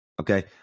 Okay